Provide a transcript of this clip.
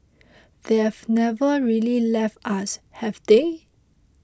they have never really left us have they